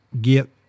get